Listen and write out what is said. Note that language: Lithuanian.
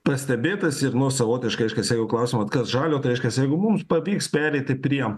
pastebėtas ir nu savotiškai reiškias jeigu klausiat vat kas žalio tai reiškias jeigu mums pavyks pereiti prie